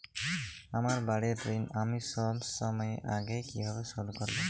আমার বাড়ীর ঋণ আমি সময়ের আগেই কিভাবে শোধ করবো?